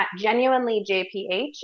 genuinelyjph